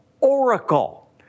oracle